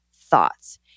thoughts